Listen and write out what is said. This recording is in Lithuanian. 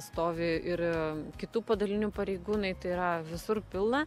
stovi ir kitų padalinių pareigūnai tai yra visur pilna